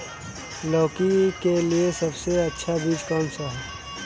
लौकी के लिए सबसे अच्छा बीज कौन सा है?